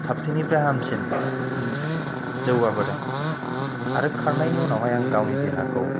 साबसिननिफ्राय हामसिन जौगाबोदों आरो खारनायनि उनावहाय आङो गावनि देहाखौ